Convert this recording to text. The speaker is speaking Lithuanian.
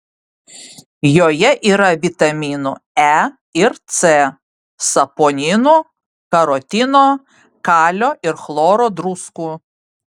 joje yra vitaminų e ir c saponinų karotino kalio ir chloro druskų